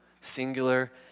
singular